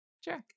Sure